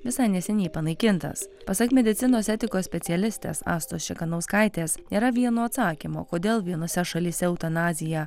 visai neseniai panaikintas pasak medicinos etikos specialistės astos čekanauskaitės nėra vieno atsakymo kodėl vienose šalyse eutanazija